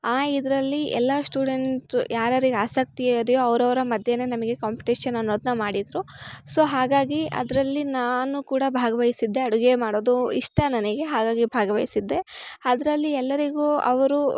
ಆ ಇದರಲ್ಲಿ ಎಲ್ಲ ಸ್ಟೂಡೆಂಟ್ ಯಾರ್ಯಾರಿಗೆ ಆಸಕ್ತಿ ಇದೆಯೊ ಅವರವ್ರ ಮಧ್ಯ ನಮಗೆ ಕಾಂಪಿಟೇಷನ್ ಅನ್ನೋದನ್ನ ಮಾಡಿದ್ರು ಸೊ ಹಾಗಾಗಿ ಅದರಲ್ಲಿ ನಾನು ಕೂಡ ಭಾಗವಹಿಸಿದ್ದೆ ಅಡುಗೆ ಮಾಡೋದು ಇಷ್ಟ ನನಗೆ ಹಾಗಾಗಿ ಭಾಗವಹಿಸಿದ್ದೆ ಅದರಲ್ಲಿ ಎಲ್ಲರಿಗೂ ಅವರು